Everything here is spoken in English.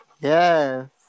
Yes